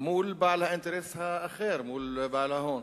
מול בעל האינטרס האחר, מול בעל ההון.